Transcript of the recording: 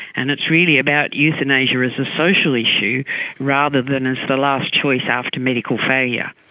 and it's really about euthanasia as a social issue rather than as the last choice after medical failure.